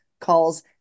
calls